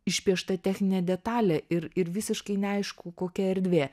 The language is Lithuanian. išpiešta techninė detalė ir ir visiškai neaišku kokia erdvė